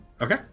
Okay